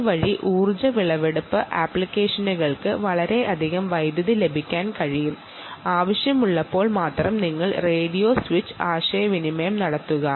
ഇതുവഴി energy harvesting ആപ്ലിക്കേഷനുകൾക്ക് വളരെയധികം വൈദ്യുതി ലാഭിക്കാൻ കഴിയും ആവശ്യമുള്ളപ്പോൾ മാത്രം നിങ്ങൾ റേഡിയോ സ്വിച്ച് കമ്മ്യൂണിക്കേഷൻ നടത്തുക